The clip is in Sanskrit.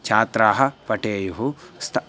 छात्राः पठेयुः स्तः